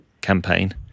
campaign